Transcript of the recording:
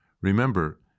Remember